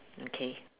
okay